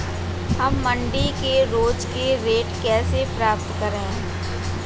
हम मंडी के रोज के रेट कैसे पता करें?